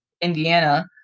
Indiana